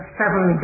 seven